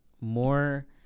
more